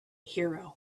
hero